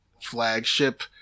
flagship